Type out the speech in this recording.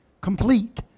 complete